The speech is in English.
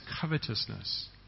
covetousness